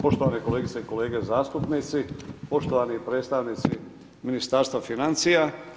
Poštovane kolegice i kolege zastupnici, poštovani predstavnici Ministarstva financija.